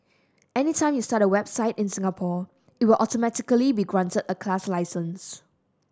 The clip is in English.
anytime you start a website in Singapore it will automatically be granted a class license